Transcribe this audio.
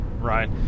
right